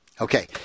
okay